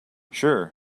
sure